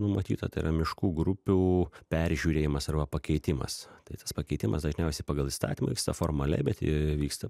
numatyta tai yra miškų grupių peržiūrėjimas arba pakeitimas tai tas pakeitimas dažniausiai pagal įstatymą vyksta formaliai bet vyksta